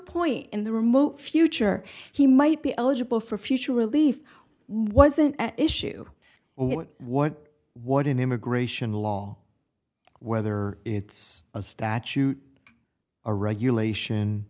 point in the remote future he might be eligible for future relief wasn't at issue what what what an immigration law whether it's a statute or regulation